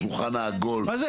השולחן העגול מה זה.